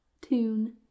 tune